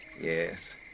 yes